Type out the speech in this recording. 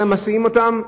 אלא מסיעים אותם,